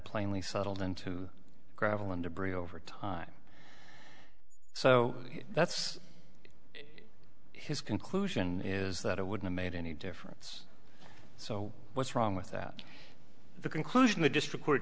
plainly settled into gravel and debris over time so that's his conclusion is that it wouldn't made any difference so what's wrong with that the conclusion the district court